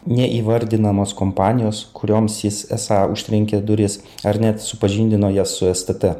neįvardinamos kompanijos kurioms jis esą užtrenkė duris ar net supažindino jas su stt